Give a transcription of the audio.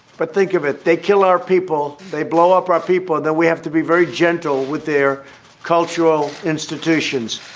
but think of it. they kill our people. they blow up our people. then we have to be very gentle with their cultural institutions.